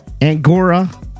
Angora